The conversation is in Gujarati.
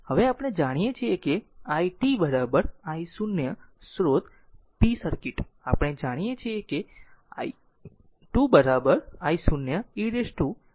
હવે આપણે જાણીએ છીએ કે i t I0 સ્રોત p સર્કિટ આપણે જાણીએ છીએ I 2 I0 e t tτ